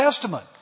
Testament